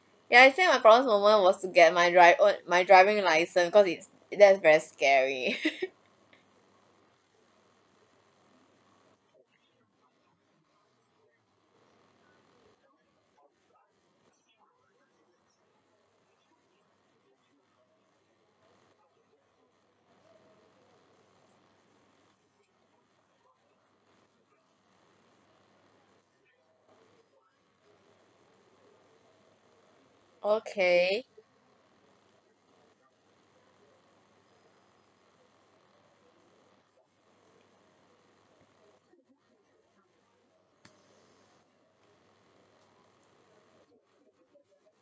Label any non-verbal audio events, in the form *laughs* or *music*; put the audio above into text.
ya I say my proudest moment was to get my driver my driving license cause it's that was very scary *laughs* okay